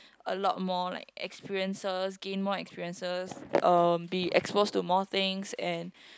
a lot more like experiences gain more experiences um be exposed to more things and